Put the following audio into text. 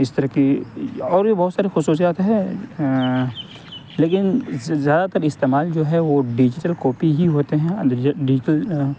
اس طرح کی اور بھی بہت ساری خصوصیات ہیں لیکن زیادہ تر استعال جو ہے وہ ڈیجیٹل کاپی ہی ہوتے ہیں ڈیجیٹل